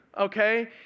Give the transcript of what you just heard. okay